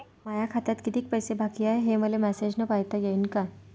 माया खात्यात कितीक पैसे बाकी हाय, हे मले मॅसेजन पायता येईन का?